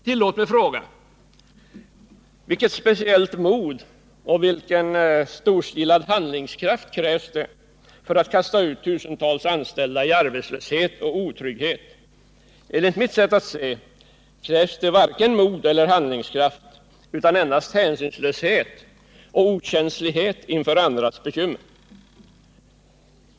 Tillåt mig fråga: Vilket speciellt mod och vilken storstilad handlingskraft krävs det för att kasta ut tusentals anställda i arbetslöshet och otrygghet? Enligt mitt sätt att se krävs det varken mod eller handlingskraft, utan endast hänsynslöshet och okänslighet inför andras bekymmer.